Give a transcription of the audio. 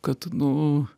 kad nu